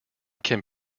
can